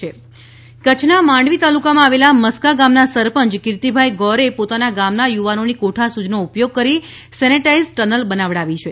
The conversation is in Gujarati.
કચ્છ સેને ટનલ કચ્છના માંડવી તાલુકામાં આવેલા મસ્કા ગામ ના સરપંચ કીર્તિભાઈ ગોર એ પોતાના ગામના યુવાનોની કોઠાસૂઝનો ઉપયોગ કરી સેનેટાઈઝ ટનલ બનાવડાવી છે